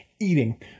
eating